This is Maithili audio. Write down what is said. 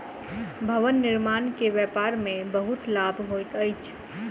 भवन निर्माण के व्यापार में बहुत लाभ होइत अछि